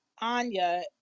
Anya